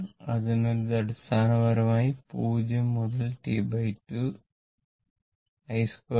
അതിനാൽ ഇത് അടിസ്ഥാനപരമായി 0 മുതൽ T2 I2 d t